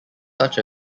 such